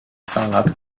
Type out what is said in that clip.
salad